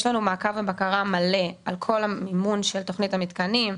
יש לנו מעקב ובקרה מלא על כל המימון של תוכנית המתקנים.